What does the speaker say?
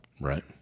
Right